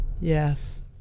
Yes